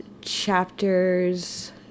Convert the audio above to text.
chapters